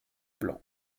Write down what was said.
blanc